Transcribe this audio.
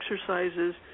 exercises –